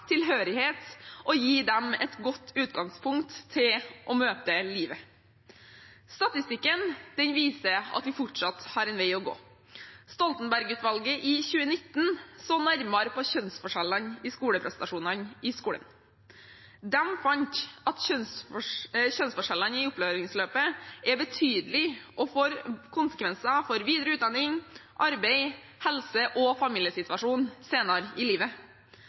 tilhørighet og gi dem et godt utgangspunkt til å møte livet. Statistikken viser at vi fortsatt har en vei å gå. Stoltenberg-utvalget i 2019 så nærmere på kjønnsforskjellene i prestasjonene i skolen. De fant at kjønnsforskjellene i opplæringsløpet er betydelige og får konsekvenser for videre utdanning, arbeid, helse og familiesituasjon senere i livet.